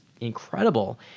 incredible